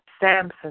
Samson